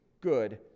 good